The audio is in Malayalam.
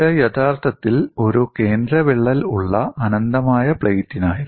ഇത് യഥാർത്ഥത്തിൽ ഒരു കേന്ദ്ര വിള്ളൽ ഉള്ള അനന്തമായ പ്ലേറ്റിനായിരുന്നു